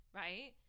right